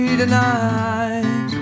tonight